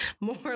more